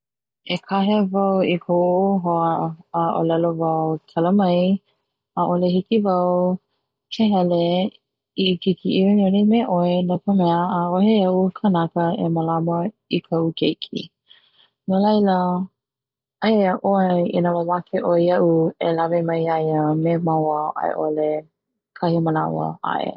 E kahea wau i koʻu hoa a ʻōlelo wau kala mai ʻaʻole hiki wau ke hele i ke kiʻiʻoniʻoni me ʻoe no ka mea ʻaʻohe iaʻu e malāma i kaʻu keiki no laila ai ia iaʻoe mamake ʻoe iaʻu e lawe mai ia ia me māua ʻaiʻole kahi manawa aʻe,